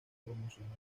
promocional